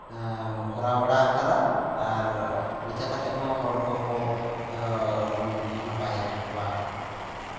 ᱠᱚᱨᱟᱣ ᱵᱟᱲᱟ ᱠᱟᱫᱟ ᱟᱨ ᱱᱤᱝᱠᱟ ᱠᱟᱛᱮ ᱦᱚᱸ ᱦᱚᱲ ᱠᱚᱠᱚ ᱵᱚᱱ ᱱᱟᱯᱟᱭ ᱠᱟᱜ ᱠᱚᱣᱟ